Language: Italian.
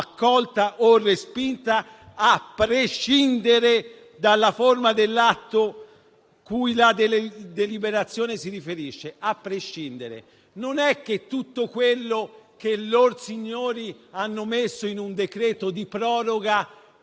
accolta o respinta a prescindere dalla forma dell'atto cui la deliberazione si riferisce. A prescindere. Non è che tutto quello che lorsignori hanno messo in un decreto di proroga